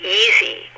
easy